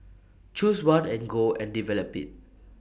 choose one and go and develop IT